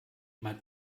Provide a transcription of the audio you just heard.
mein